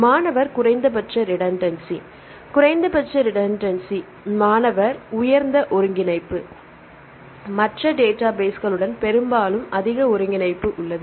மாணவர் குறைந்தபட்ச ரிடென்சி குறைந்தபட்ச ரிடென்சி மாணவர் உயர்ந்த ஒருங்கிணைப்பு மற்ற டேட்டாபேஸ்களுடன் பெரும்பாலும் அதிக ஒருங்கிணைப்பு உள்ளது